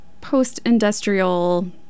post-industrial